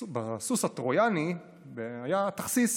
הסוס הטרויאני היה תכסיס